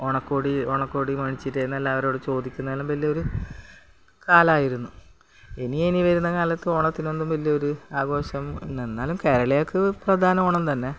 ഓണക്കോടി ഓണക്കോടി വാങ്ങിച്ചിട്ട് എന്നെല്ലാവരോടും ചോദിക്കുന്നതും വലിയൊരു കാലമായിരുന്നു ഇനി ഇനി വരുന്ന കാലത്തിന് ഓണത്തിനൊന്നും വലിയൊരു ആഘോഷം ഇല്ല എന്നാലും കേരളീയർക്കു പ്രധാനം ഓണം തന്നെ